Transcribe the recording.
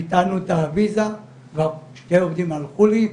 ביטלנו את הוויזה ושני עובדים הלכו לי.